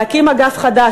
להקים אגף חדש,